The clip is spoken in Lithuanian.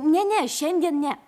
ne ne šiandien ne